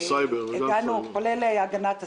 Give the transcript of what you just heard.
כולל הגנת הסייבר.